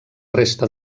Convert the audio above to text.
resta